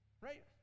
Right